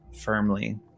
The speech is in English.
firmly